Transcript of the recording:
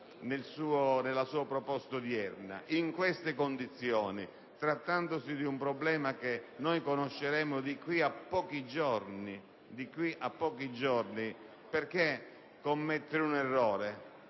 nella sua proposta odierna. In queste condizioni, trattandosi di una decisione il cui contenuto conosceremo di qui a pochi giorni, perché commettere un errore?